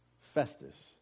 Festus